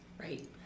Right